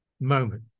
moment